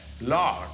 Lord